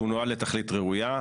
הוא נועד לתכלית ראויה,